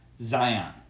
Zion